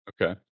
Okay